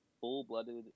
full-blooded